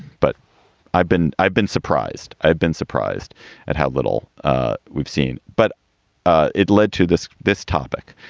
but i've been i've been surprised. i've been surprised at how little ah we've seen. but ah it led to this this topic,